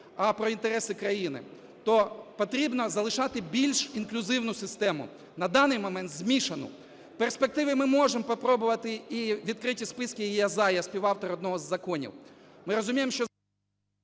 а про інтереси країни, то потрібно залишати більш інклюзивну систему, на даний момент - змішану. В перспективі ми можемо попробувати і відкриті списки, і я "за", я співавтор одного з законів,